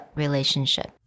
relationship